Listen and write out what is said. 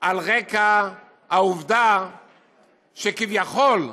על רקע העובדה שכביכול,